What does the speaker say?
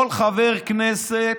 כל חבר כנסת,